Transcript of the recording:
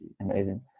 amazing